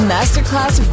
Masterclass